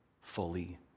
fully